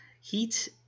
Heat